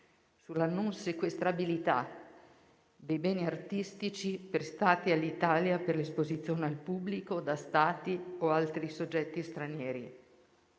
sulla non sequestrabilità dei beni artistici prestati all'Italia per l'esposizione al pubblico da Stati o da altri soggetti stranieri;